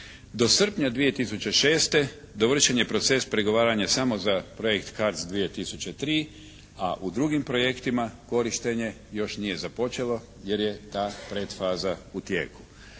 Do srpnja 2006. dovršen je proces pregovaranja samo za projekt CARDS 2003. a u drugim projektima korištenje još nije započelo jer je ta predfaza u tijeku.